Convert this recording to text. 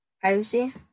privacy